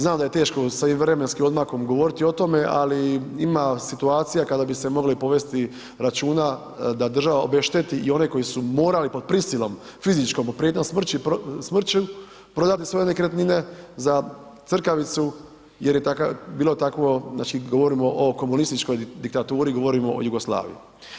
Znam da je teško sa vremenskim odmakom govoriti o tome, ali ima situacija kada bi se moglo i povesti računa da država obešteti i one koji su morali pod prisilom fizičkom pod prijetnjom smrću prodati svoje nekretnine za crkavicu jer je bilo takvo, znači govorimo o komunističkoj diktaturi govorimo o Jugoslaviji.